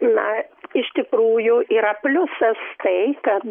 na iš tikrųjų yra pliusas tai kad